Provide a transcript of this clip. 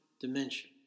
dimension